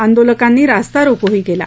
आंदोलकांनी रास्तारोकोही केला